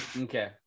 Okay